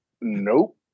nope